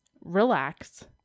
relax